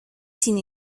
seen